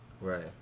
Right